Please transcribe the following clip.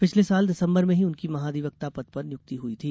पिछले साल दिसम्बर में ही उनकी महाधिवक्ता पद पर नियुक्ति हुई थी